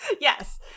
Yes